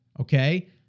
Okay